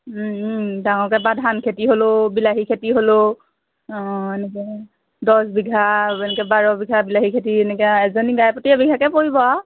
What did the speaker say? ডাঙৰকৈ বা ধান খেতি হ'লেও বিলাহী খেতি হ'লেও অঁ এনেকৈ দহ বিঘা বাৰ বিঘা বিলাহী খেতি এনেকৈ এজনী গাই পতি এবিঘাকৈ পৰিব আৰু